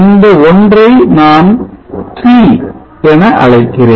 இந்த ஒன்றை நான் T என அழைக்கிறேன்